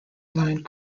lined